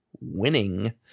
Winning